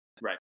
Right